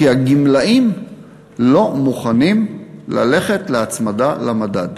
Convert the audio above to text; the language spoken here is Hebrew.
כי הגמלאים לא מוכנים ללכת להצמדה למדד.